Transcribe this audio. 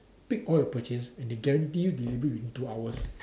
pick all your purchases and they guarantee you delivery within two hours